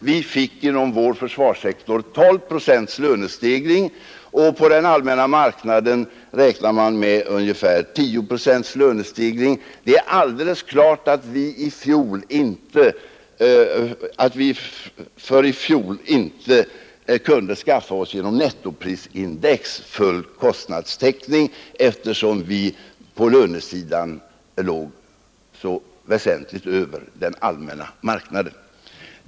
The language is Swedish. Vi fick inom försvarssektorn över 12 procents löneökning, och på den allmänna marknaden räknar man med ungefär 10 procents lönestegring. Det är alldeles klart att vi för i fjol inte genom nettoprisindex kunde skaffa oss full kostnadstäckning, eftersom vi på lönesidan låg så mycket över den allmänna marknaden.